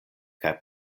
kaj